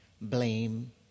blame